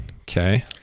Okay